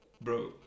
bro